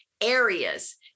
areas